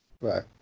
right